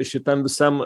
šitam visam